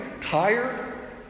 tired